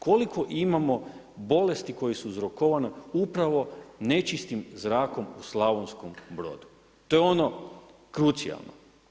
Koliko imamo bolesti koje su uzrokovane upravo nečistim zrako u Slavonskom Brodu, to je ono krucijalno.